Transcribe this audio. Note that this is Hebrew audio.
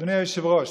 אדוני היושב-ראש,